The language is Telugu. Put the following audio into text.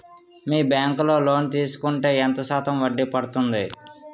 మీ బ్యాంక్ లో లోన్ తీసుకుంటే ఎంత శాతం వడ్డీ పడ్తుంది?